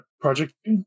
project